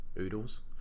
oodles